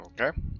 Okay